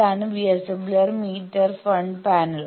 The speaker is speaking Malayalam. ഇതാണ് VSWR മീറ്റർ ഫ്രണ്ട് പാനൽ